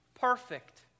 perfect